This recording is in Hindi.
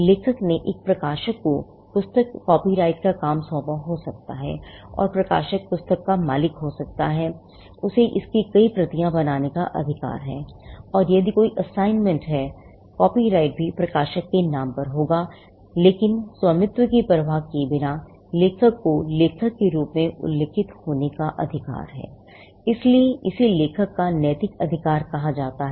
लेखक ने एक प्रकाशक को पुस्तक कॉपीराइट का काम सौंपा हो सकता हैऔर प्रकाशक पुस्तक का मालिक हो सकता है उसे इसकी कई प्रतियां बनाने का अधिकार है और यदि कोई असाइनमेंट है कॉपीराइट भी प्रकाशक के नाम पर होगा लेकिन स्वामित्व की परवाह किए बिना लेखक को लेखक के रूप में उल्लिखित होने का अधिकार है इसलिए इसे लेखक का नैतिक अधिकार कहा जाता है